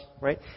Right